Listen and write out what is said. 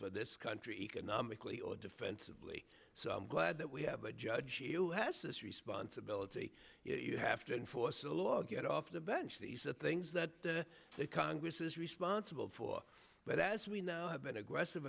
for this country economically or defensively so i'm glad that we have a judge who has this responsibility you have to enforce the law get off the bench these are things that the congress is responsible for but as we now have been aggressive